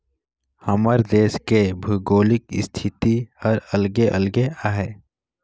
हमर देस के भउगोलिक इस्थिति हर अलगे अलगे अहे